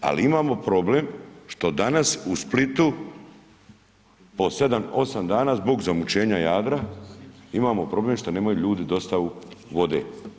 Ali imamo problem što danas u Splitu po 7, 8 dana zbog zamućenja Jadra imamo problem što nemaju ljudi dostavu vode.